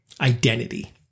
identity